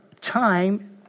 time